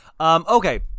Okay